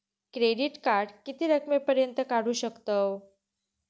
Credit card किती रकमेपर्यंत काढू शकतव?